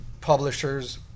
publishers